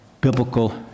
biblical